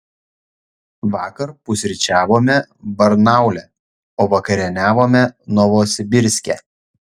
vakar pusryčiavome barnaule o vakarieniavome novosibirske